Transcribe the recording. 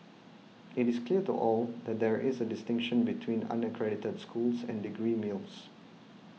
it is clear to all that there is a distinction between unaccredited schools and degree mills